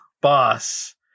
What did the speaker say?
boss